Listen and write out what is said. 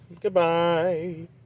Goodbye